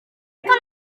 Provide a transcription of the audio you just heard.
ddigon